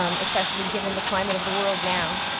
um especially given the climate of the world now.